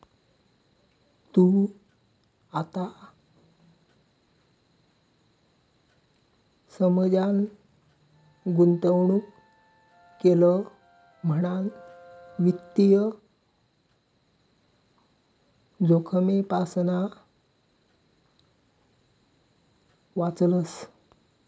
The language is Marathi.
तू आता समजान गुंतवणूक केलं म्हणान वित्तीय जोखमेपासना वाचलंस